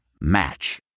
Match